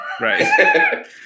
Right